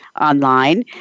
online